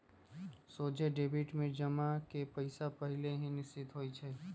सोझे डेबिट में जमा के पइसा पहिले से निश्चित होइ छइ